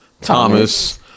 Thomas